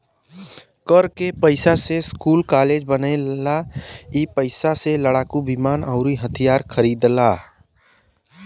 कर के पइसा से स्कूल कालेज बनेला ई पइसा से लड़ाकू विमान अउर हथिआर खरिदाला